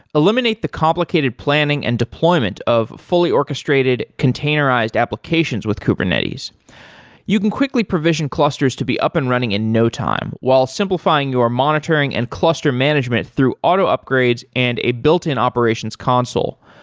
eliminate the complicated planning and deployment of fully orchestrated containerized applications with kubernetes you can quickly provision clusters to be up and running in no time, while simplifying your monitoring and cluster management through auto upgrades and a built-in operations console.